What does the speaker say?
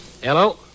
Hello